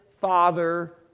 father